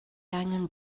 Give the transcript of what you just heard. angen